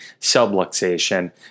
subluxation